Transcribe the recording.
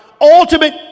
ultimate